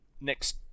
next